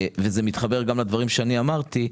וזה מתחבר גם לדברים שאני אמרתי,